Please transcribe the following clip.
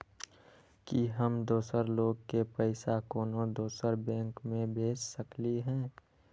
कि हम दोसर लोग के पइसा कोनो दोसर बैंक से भेज सकली ह?